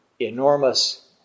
enormous